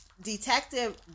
Detective